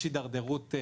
יש התדרדרות.